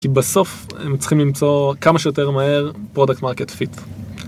כי בסוף הם צריכים למצוא כמה שיותר מהר Product market fit